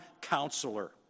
counselor